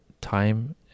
time